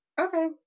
Okay